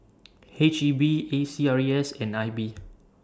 H E B A C R E S and I B